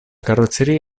carrozzeria